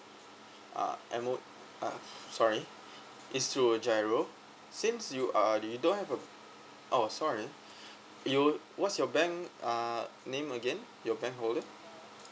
uh M_O~ uh sorry it's through GIRO since you uh you don't have a oh sorry you what's your bank name again your bank holder